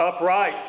upright